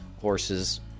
horses